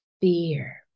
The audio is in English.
Fear